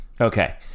Okay